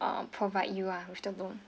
uh provide you ah with the loan